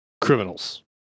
criminals